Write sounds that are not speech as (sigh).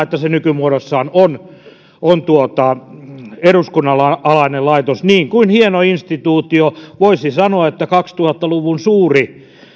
(unintelligible) että se nykymuodossaan on on nimenomaan eduskunnan alainen laitos niin kuin hieno instituutio voisi sanoa että kaksituhatta luvun suuri